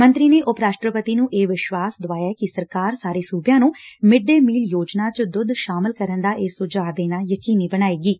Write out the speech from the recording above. ਮੰਤਰੀ ਨੇ ਉਪ ਰਸ਼ਟਰਪਤੀ ਨੂੰ ਇਹ ਵਿਸ਼ਵਾਸ਼ ਦਵਾਇਆ ਕਿ ਸਰਕਾਰ ਸਾਰੇ ਸੁਬਿਆਂ ਨੂੰ ਮਿਡ ਡੇ ਮੀਲ ਯੋਜਨਾ ਚ ਦੁੱਧ ਸ਼ਾਮਲ ਕਰਨ ਦਾ ਇਹ ਸੁਝਾਅ ਦੇਣਾ ਯਕੀਨੀ ਬਣਾਏਗੀ